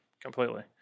completely